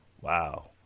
Wow